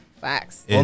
facts